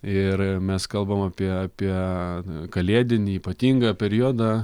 ir mes kalbam apie apie kalėdinį ypatingą periodą